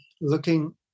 looking